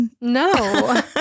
No